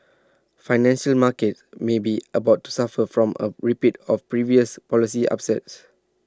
financial markets may be about to suffer from A repeat of previous policy upsets